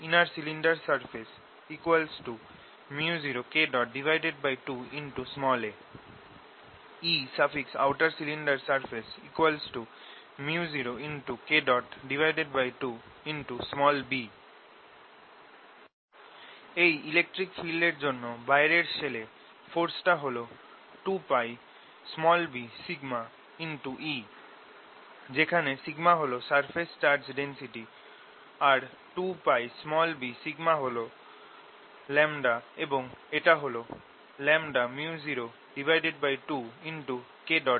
Einnercylindersurface µ0K2a Eoutercylindersurfaceµ0K2b এই electric field এর জন্য বাইরের শেলে ফোরসটা হল 2πbE যেখানে σ হল সারফেস চার্জ ডেন্সিটি আর 2πb হল λ এবং এটা হল µ02Kb